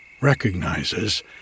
recognizes